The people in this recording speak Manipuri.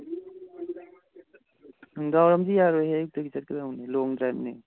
ꯅꯨꯡꯗꯥꯡ ꯋꯥꯏꯔꯝꯗꯤ ꯌꯥꯔꯣꯏꯍꯦ ꯑꯌꯨꯛꯇꯒꯤ ꯆꯠꯀꯗꯧꯅꯤ ꯂꯣꯡ ꯗ꯭ꯔꯥꯏꯕꯅꯤ